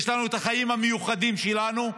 יש לנו את החיים המיוחדים שלנו.